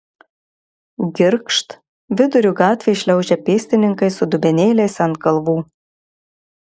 girgžt viduriu gatvės šliaužia pėstininkai su dubenėliais ant galvų